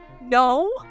No